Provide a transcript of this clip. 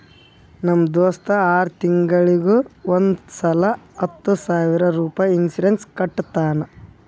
ನಮ್ ದೋಸ್ತ ಆರ್ ತಿಂಗೂಳಿಗ್ ಒಂದ್ ಸಲಾ ಹತ್ತ ಸಾವಿರ ರುಪಾಯಿ ಇನ್ಸೂರೆನ್ಸ್ ಕಟ್ಟತಾನ